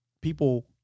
People